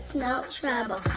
no treble